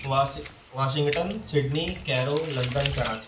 वासिक Washington Sydney Cairo London Karachi